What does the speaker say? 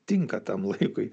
tinka tam laikui